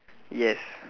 yes